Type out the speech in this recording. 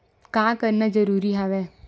का करना जरूरी हवय?